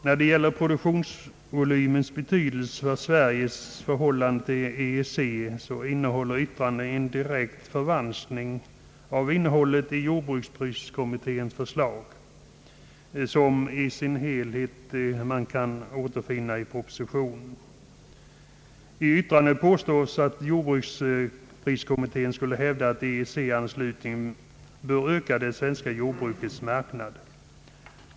När det gäller produktionsvolymens betydelse för Sveriges förhållande till EEC, så innehåller yttrandet en direkt förvanskning av innehållet i jordbrukspriskommitténs förslag, som man kan återfinna i sin helhet i propositionen. I yttrandet påstås att jordbrukspriskommittén skulle hävda att en EEC-anslutning bör öka det svenska jordbrukets marknad.